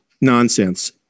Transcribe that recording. nonsense